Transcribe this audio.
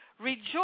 Rejoice